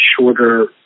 shorter